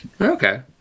Okay